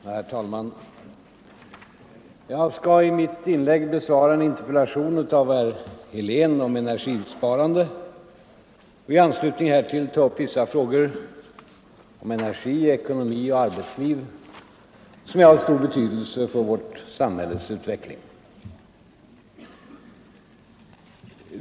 Herr talman! Jag skall i mitt inlägg besvara en interpellation av herr Helén om energisparande och i anslutning härtill ta upp vissa frågor om energi, ekonomi och arbetsliv, som är av stor betydelse för vårt samhälles utveckling.